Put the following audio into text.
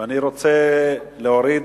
ואני רוצה להוריד,